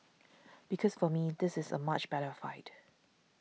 because for me this is a much better fight